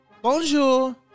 Bonjour